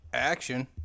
action